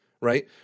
right